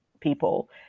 people